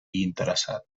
interessat